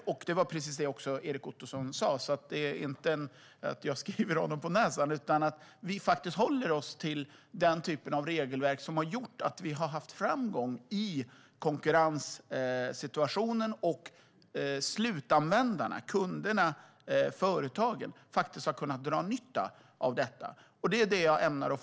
Det var också detta som Erik Ottoson sa. Det är det faktum att vi håller oss till ett sådant regelverk som har gjort att vi har haft framgång i konkurrenssituationen. Kunderna, slutanvändarna och företagen har kunnat dra nytta av detta.